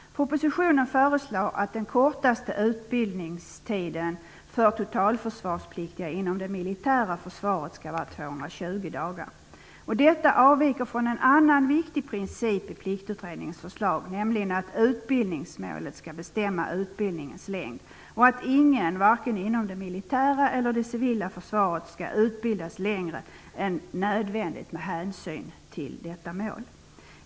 Propositionen föreslår att den kortaste utbildningstiden för totalförsvarspliktiga inom det militära försvaret skall vara 220 dagar. Detta avviker från en annan viktig princip i Pliktutredningens förslag, nämligen att utbildningsmålet skall bestämma utbildningens längd och att ingen, varken inom det militära eller det civila försvaret, skall utbildas längre än nödvändigt med hänsyn till detta mål.